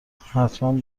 حتمن